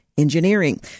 Engineering